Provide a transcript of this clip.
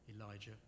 Elijah